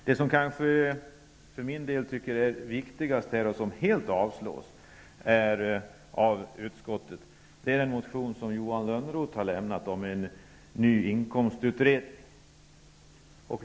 Det som jag för min del anser som det viktigaste men som helt avstyrks av utskottet är det förslag om en ny inkomstutredning som Johan Lönnroth för fram i sin motion.